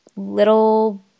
little